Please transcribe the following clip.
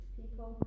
people